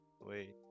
Wait